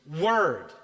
word